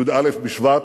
י"א בשבט,